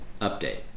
update